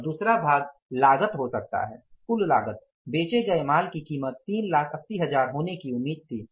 और दूसरा भाग लागत हो सकता है कुल लागत बेचे गए माल की कीमत 380000 होने की उम्मीद थी